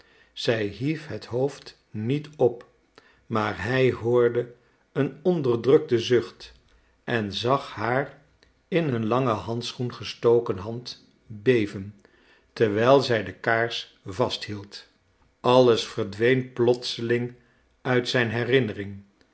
zij hief het hoofd niet op maar hij hoorde een onderdrukten zucht en zag haar in een langen handschoen gestoken hand beven terwijl zij de kaars vasthield alles verdween plotseling uit zijn herinnering